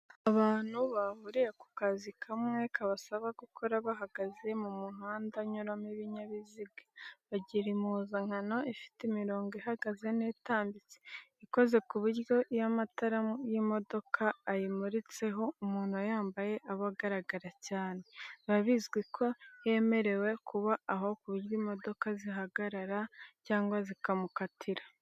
Abantu bahuriye ku kazi kamwe kabasaba gukora bahagaze mu muhanda unyuramo ibinyabiziga, bagira impuzankano ifite imirongo ihagaze n'itambitse, ikoze ku buryo iyo amatara y'imodoka ayimuritseho, umuntu uyambaye aba agaragara cyane, biba bizwi ko yemerewe kuba aho, ku buryo imodoka zihagarara cyangwa zikamukatira.